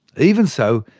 even so,